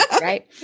right